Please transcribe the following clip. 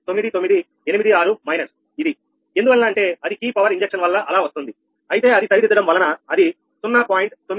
ఎందువలన అంటే అది కీ పవర్ ఇంజక్షన్ వల్ల అలా వస్తుంది అయితే అది సరిదిద్దడం వలన అది 0